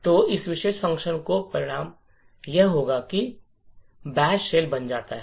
तो इस विशेष फ़ंक्शन का परिणाम यह होगा कि बैश शेल बन जाता है